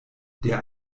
der